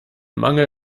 mangel